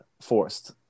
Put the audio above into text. forced